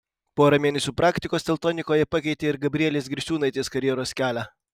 pora mėnesių praktikos teltonikoje pakeitė ir gabrielės griciūnaitės karjeros kelią